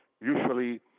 usually